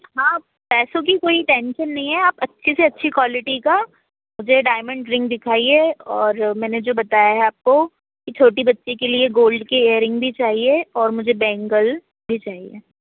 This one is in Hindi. हाँ पैसों की कोई टेंसन नहीं है आप अच्छे से अच्छी क्वालिटी का मुझे डायमन्ड रिंग दिखाइए और मैंने जो बताया है आपको ये छोटी बच्ची के लिए गोल्ड के एरिंग भी चाहिए और मुझे बैंगल भी चाहिए